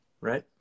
right